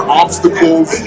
obstacles